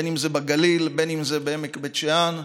אם זה בגליל, אם זה בעמק בית שאן,